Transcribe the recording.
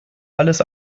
alles